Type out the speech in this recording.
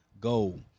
goal